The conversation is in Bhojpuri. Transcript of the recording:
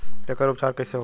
एकर उपचार कईसे होखे?